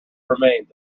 remains